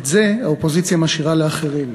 את זה האופוזיציה משאירה לאחרים.